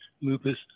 lupus